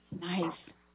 nice